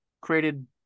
created